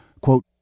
quote